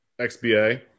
XBA